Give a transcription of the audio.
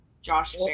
Josh